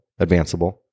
advanceable